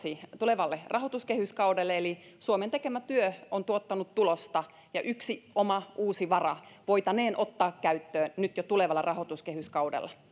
tulevalle rahoituskehyskaudelle eli suomen tekemä työ on tuottanut tulosta ja yksi uusi oma vara voitaneen ottaa käyttöön jo nyt tulevalla rahoituskehyskaudella